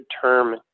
term